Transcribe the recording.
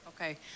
Okay